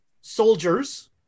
soldiers